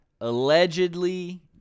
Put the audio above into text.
Allegedly